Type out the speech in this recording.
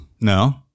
No